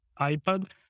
iPad